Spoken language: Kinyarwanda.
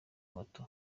moto